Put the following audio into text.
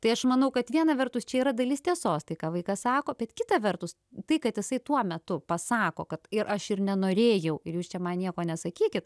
tai aš manau kad viena vertus čia yra dalis tiesos tai ką vaikas sako bet kita vertus tai kad jisai tuo metu pasako kad ir aš ir nenorėjau ir jūs čia man nieko nesakykit